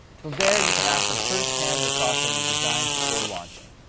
from there you can ask them first hand their thoughts on your designs before launching.